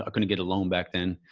ah couldn't get a loan back then.